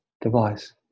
device